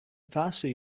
faster